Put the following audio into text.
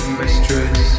mistress